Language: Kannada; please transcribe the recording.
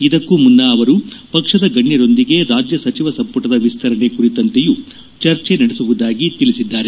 ಇದಕ್ಕೂ ಮುನ್ನ ಅವರು ಪಕ್ಷದ ಗಣ್ಯರೊಂದಿಗೆ ರಾಜ್ಯ ಸಚಿವ ಸಂಪುಟದ ವಿಸ್ತರಣೆ ಕುರಿತಂತೆಯೂ ಚರ್ಚೆ ನಡೆಸುವುದಾಗಿ ಮುಖ್ಯಮಂತ್ರಿ ತಿಳಿಸಿದ್ದಾರೆ